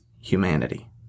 humanity